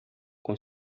com